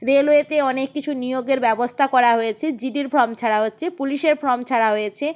রেলওয়েতে অনেক কিছু নিয়োগের ব্যবস্থা করা হয়েছে জিডির ফর্ম ছাড়া হচ্ছে পুলিসের ফর্ম ছাড়া হয়েছে